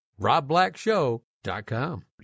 robblackshow.com